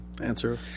Answer